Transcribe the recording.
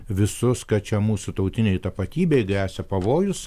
visus kad čia mūsų tautinei tapatybei gresia pavojus